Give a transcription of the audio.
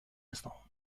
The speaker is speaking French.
instant